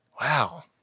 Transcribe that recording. Wow